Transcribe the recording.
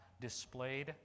displayed